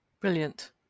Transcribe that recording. Brilliant